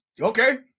Okay